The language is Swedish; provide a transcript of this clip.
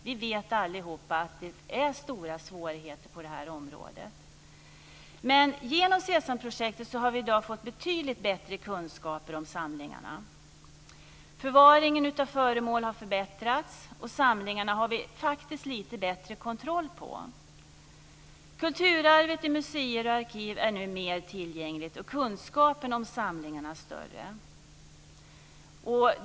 Vi vet alla att det är stora svårigheter på det här området. Men genom SESAM-projektet har vi i dag fått betydligt bättre kunskaper om samlingarna. Förvaringen av föremål har förbättrats, vi har faktiskt lite bättre kontroll på samlingarna. Kulturarvet i museer och arkiv är nu mer tillgängligt, och kunskapen om samlingarna är större.